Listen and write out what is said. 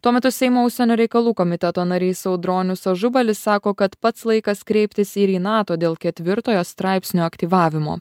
tuo metu seimo užsienio reikalų komiteto narys audronius ažubalis sako kad pats laikas kreiptis ir į nato dėl ketvirtojo straipsnio aktyvavimo